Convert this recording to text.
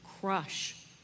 crush